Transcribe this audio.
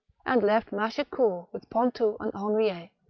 and left machecoul with pontou and henriet,